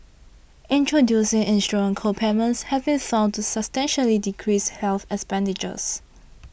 introducing insurance co payments have been found to substantially decrease health expenditures